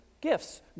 gifts